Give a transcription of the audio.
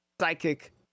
Psychic